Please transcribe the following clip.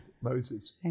Moses